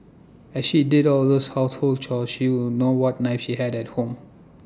as she did all those household chores she would know what knives she had at home